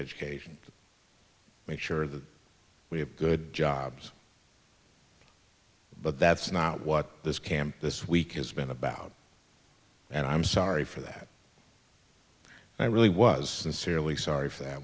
education to make sure that we have good jobs but that's not what this camp this week has been about and i'm sorry for that i really was sincerely sorry for that